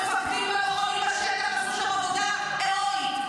המפקדים והלוחמים בשטח עשו שם עבודה הירואית